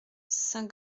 saint